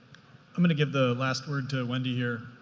i'm gonna give the last word to wendy here.